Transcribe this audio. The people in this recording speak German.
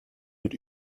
mit